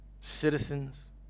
citizens